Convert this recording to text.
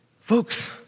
folks